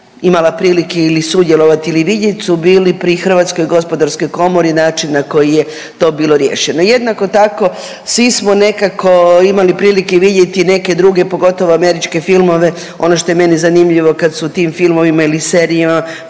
imala prilike ili sudjelovati ili vidjeti su bili pri Hrvatskoj gospodarskoj komori način na koji je to bilo riješeno. Jednako tako svi smo nekako imali prilike vidjeti neke druge pogotovo američke filmove, ono što je meni zanimljivo kad su u tim filmovima ili serijama